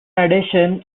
addition